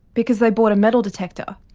because they bought a metal detector.